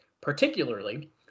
particularly